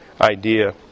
idea